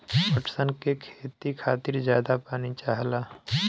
पटसन के खेती के खातिर जादा पानी चाहला